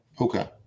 Okay